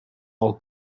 all